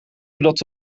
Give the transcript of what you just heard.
zodat